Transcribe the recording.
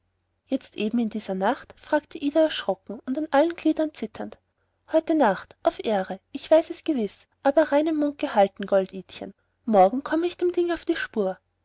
jetzt eben in dieser nacht fragte ida erschrocken und an allen gliedern zitternd heute nacht auf ehre ich weiß es gewiß aber reinen mund gehalten gold idchen morgen komme ich dem ding auf die spur